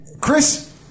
Chris